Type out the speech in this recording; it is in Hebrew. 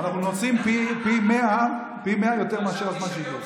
אנחנו עושים פי מאה יותר מאשר זמן השידור.